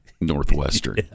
Northwestern